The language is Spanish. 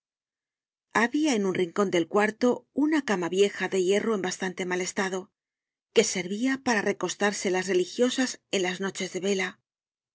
habia en un rincon del cuarto una cama vieja de hierro en bastante mal estado que servia para recostarse las religiosas en las noches de vela